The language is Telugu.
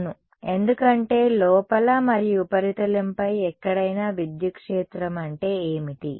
అవును ఎందుకంటే లోపల మరియు ఉపరితలంపై ఎక్కడైనా విద్యుత్ క్షేత్రం అంటే ఏమిటి